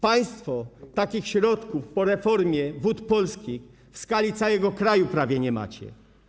Państwo takich środków po reformie Wód Polskich w skali całego kraju prawie nie macie.